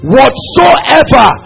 Whatsoever